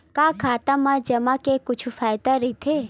का खाता मा जमा के कुछु फ़ायदा राइथे?